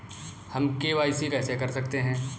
हम के.वाई.सी कैसे कर सकते हैं?